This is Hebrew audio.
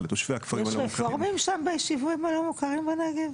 לתושבי הכפרים יש רפורמים שם ביישובים הלא מוכרים בנגב?